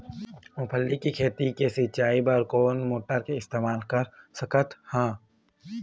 मूंगफली के खेती के सिचाई बर कोन मोटर के इस्तेमाल कर सकत ह?